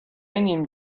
نیم